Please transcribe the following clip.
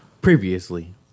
Previously